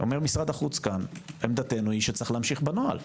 אומר משרד החוץ כאן עמדתנו היא שצריך להמשיך בנוהל.